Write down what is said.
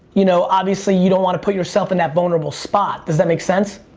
you know obviously you don't want to put yourself in that vulnerable spot. does that make sense?